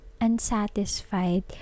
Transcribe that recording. unsatisfied